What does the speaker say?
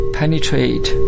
penetrate